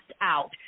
Out